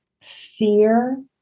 fear